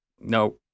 No